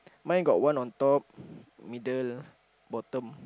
mine got one on top middle bottom